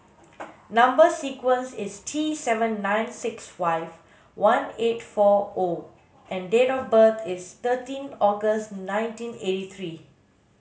number sequence is T seven nine six five one eight four O and date of birth is thirteen August nineteen eighty three